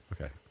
okay